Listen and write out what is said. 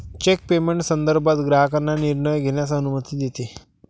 check payment संदर्भात ग्राहकांना निर्णय घेण्यास अनुमती देते